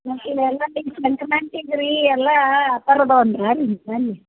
mostly ಎಲ್ಲ ನಿನ್ನ systematic ರೀ ಎಲ್ಲ ಆ ತರದವ